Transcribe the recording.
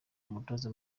umutoza